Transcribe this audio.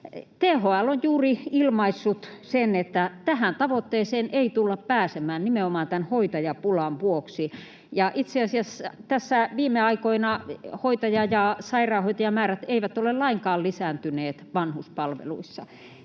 THL on juuri ilmaissut, että tähän tavoitteeseen ei tulla pääsemään nimenomaan tämän hoitajapulan vuoksi. Itse asiassa tässä viime aikoina hoitaja- ja sairaanhoitajamäärät eivät ole lainkaan lisääntyneet vanhuspalveluissa.